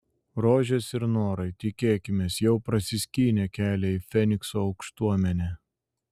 rožės ir norai tikėkimės jau prasiskynė kelią į fenikso aukštuomenę